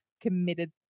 committed